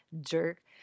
Jerk